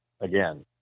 again